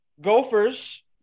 Gophers